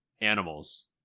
animals